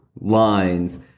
lines